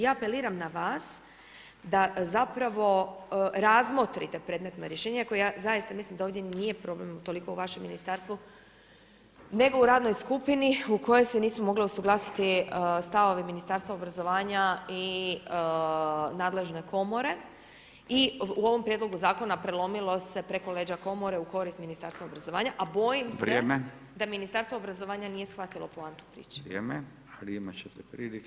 Ja apeliram na vas da zapravo razmotrite predmetna rješenja koja, iako ja zaista mislim da ovdje nije problem utoliko u vašem ministarstvu nego u radnoj skupini u kojoj se nisu mogli usuglasiti stavovi Ministarstva obrazovanja i nadležne komore i u ovom prijedlogu zakona prelomilo se preko leđa komore u korist Ministarstva obrazovanja, a bojim se da Ministarstvo obrazovanja nije shvatilo poantu priče.